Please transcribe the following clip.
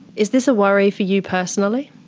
is this a worry for you personally?